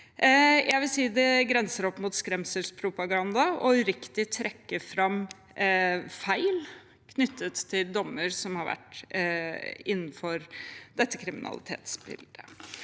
Jeg vil si at det grenser mot skremselspropaganda, det med uriktig å trekke fram feil knyttet til dommer som har vært, innenfor dette kriminalitetsbildet.